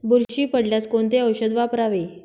बुरशी पडल्यास कोणते औषध वापरावे?